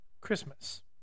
Christmas